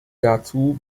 dazu